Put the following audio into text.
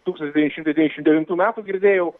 tūkstantis devyni šimtai devyniasdešim devintų metų girdėjau